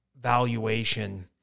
valuation